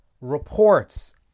reports